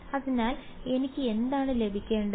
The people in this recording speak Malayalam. അതിനാൽ എനിക്ക് എന്താണ് ലഭിക്കേണ്ടത്